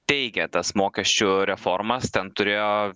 teikė tas mokesčių reformas ten turėjo